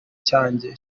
cyanjye